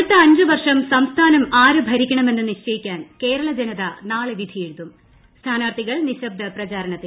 അടുത്ത അഞ്ച് വർഷം സംസ്ഥാനം ആര് ഭരിക്കണമെന്ന് നിശ്ചയിക്കാൻ കേരള ജനത നാളെ വിധിയെഴുതും സ്ഥാനാർത്ഥികൾ നിശബ്ദ പ്രചാരണത്തിൽ